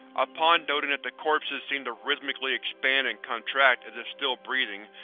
upon noting that the corpses seemed to rhythmically expand and contract as if still breathing,